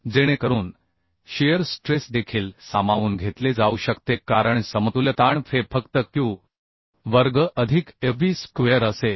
जेणेकरून shear stress देखील सामावून घेतले जाऊ शकते कारण समतुल्य ताण Fe फक्त Q वर्ग अधिक FB स्क्वेअर असेल